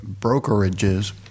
brokerages